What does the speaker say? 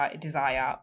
desire